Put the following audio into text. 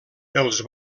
els